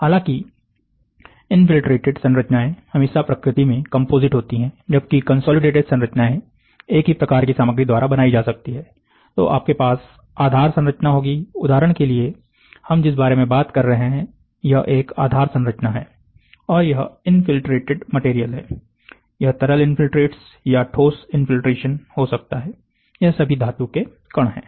हालांकि इनफील्ट्रेटेड संरचनाएं हमेशा प्रकृति में कंपोजिट होती हैं जबकि कंसोलिडेटेड संरचनाएं एक ही प्रकार की सामग्री द्वारा बनाई जा सकती है तो आपके पास एक आधार संरचना होगी उदाहरण के लिए हम जिस बारे में बात कर रहे हैं यह एक आधार संरचना है और यह इनफील्ट्रेटेड मटेरियल है यह तरल इनफील्ट्रेट्स या ठोस इनफील्ट्रेशन हो सकता है यह सभी धातु के कण है